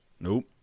Nope